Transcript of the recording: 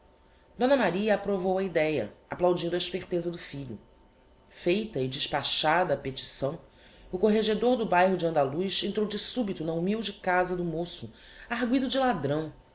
d maria approvou a idéa applaudindo a esperteza do filho feita e despachada a petição o corregedor do bairro de andaluz entrou de subito na humilde casa do moço arguido de ladrão